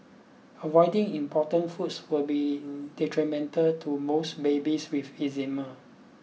avoiding important foods will be detrimental to most babies with eczema